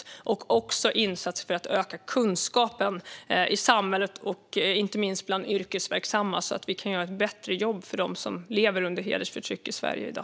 Det handlar också om insatser för att öka kunskapen i samhället, inte minst bland yrkesverksamma, så att vi kan göra ett bättre jobb för dem som lever under hedersförtryck i Sverige i dag.